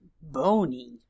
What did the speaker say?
bony